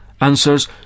answers